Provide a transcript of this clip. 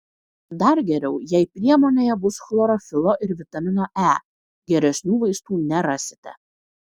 dar geriau jei priemonėje bus chlorofilo ir vitamino e geresnių vaistų nerasite